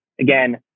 Again